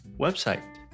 website